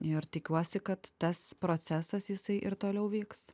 ir tikiuosi kad tas procesas jisai ir toliau vyks